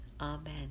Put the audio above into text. Amen